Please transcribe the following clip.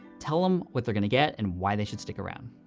tell em what they're gonna get and why they should stick around.